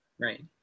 Right